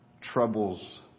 troubles